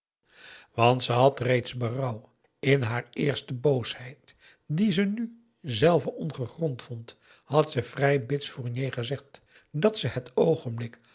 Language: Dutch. want ze had reeds berouw in haar eerste boosheid die ze nu zelve ongegrond vond had ze vrij bits fournier gezegd dat ze het oogenblik